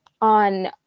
on